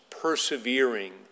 persevering